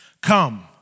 Come